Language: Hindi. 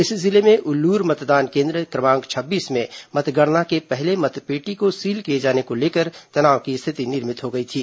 इसी जिले में उल्लूर मतदान केन्द्र क्रमांक छब्बीस में मतगणना के पहले मतपेटी को सील किए जाने को लेकर तनाव की स्थिति निर्मित हो गई थी